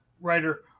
writer